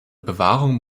bewahrung